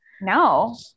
No